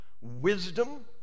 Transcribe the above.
wisdom